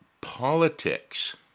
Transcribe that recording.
politics